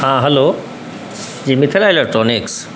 हँ हेलो जी मिथिला एलेक्ट्रॉनिक्स